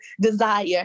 desire